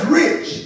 rich